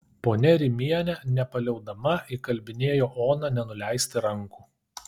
ponia rimienė nepaliaudama įkalbinėjo oną nenuleisti rankų